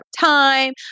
time